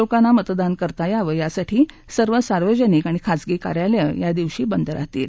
लोकांना मतदान करता यावं यासाठी सर्व सार्वजनिक आणि खाजगी कार्यालय यादिवशी बंद राहतील